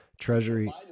Treasury